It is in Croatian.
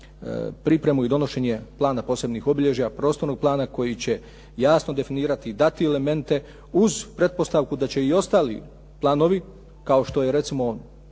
pripremu i donošenje plana posebnih obilježja, prostornog plana koji će jasno definirati i dati elemente uz pretpostavku da će i ostali planovi, kao što je recimo